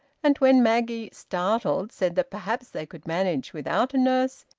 and when maggie, startled, said that perhaps they could manage without a nurse,